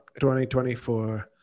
2024